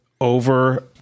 over